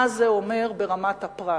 מה זה אומר ברמת הפרט.